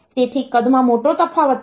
તેથી કદમાં મોટો તફાવત છે